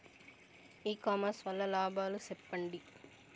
ఇ commerce వల్ల లాభాలు సెప్పండి?